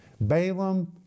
Balaam